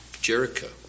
Jericho